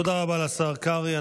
תודה רבה לשר קרעי.